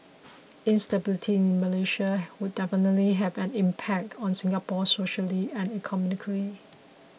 instability in Malaysia would definitely have an impact on Singapore socially and economically